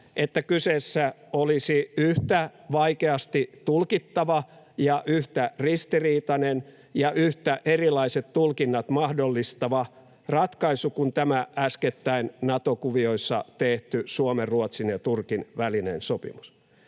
että kyseessä olisi yhtä vaikeasti tulkittava ja yhtä ristiriitainen ja yhtä erilaiset tulkinnat mahdollistava ratkaisu kuin tämä äskettäin Nato-kuvioissa tehty Suomen, Ruotsin ja Turkin välinen sopimus.